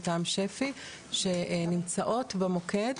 מטעם שפ"י שנמצאות במוקד,